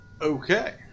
Okay